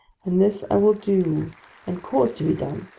and this i will do and cause to be done,